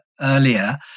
earlier